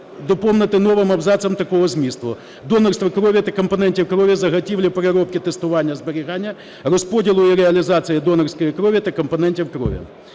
доповнити новим абзацом такого змісту: "Донорство крові та компонентів крові, заготівлі, переробки, тестування, зберігання, розподілу і реалізації донорської крові та компонентів крові".